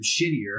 shittier